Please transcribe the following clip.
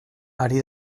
ari